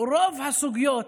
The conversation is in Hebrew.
רוב הסוגיות